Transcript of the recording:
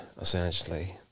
essentially